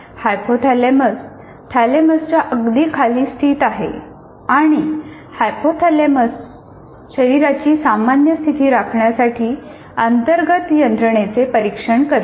hypothalamus थॅलेमसच्या अगदी खाली स्थित आहे आणि हायपोथालेमस शरीराची सामान्य स्थिती राखण्यासाठी अंतर्गत यंत्रणेचे परीक्षण करते